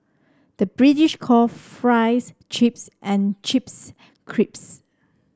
the British call fries chips and chips crisps